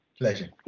Pleasure